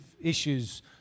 issues